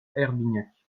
herbignac